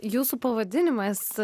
jūsų pavadinimas